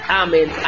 amen